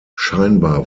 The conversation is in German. scheinbar